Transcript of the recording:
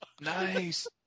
Nice